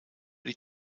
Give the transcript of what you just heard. die